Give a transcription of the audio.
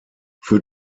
für